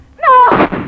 No